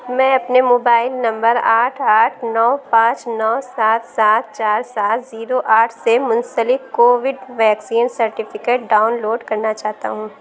میں اپنے mobile number آٹھ آٹھ نو پانچ نو سات سات چار سات زیرو آٹھ سے منسلک covid vaccine certificate download کرنا چاہتا ہوں